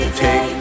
take